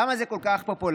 למה זה כל כך פופולרי?